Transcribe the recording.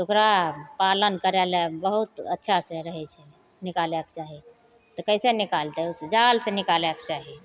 तऽ ओकरा पालन करैले बहुत अच्छासे रहै छै निकालैके चाही तऽ कइसे निकालतै उस जालसे निकालैके चाही